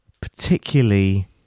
particularly